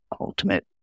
ultimate